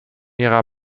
ihrer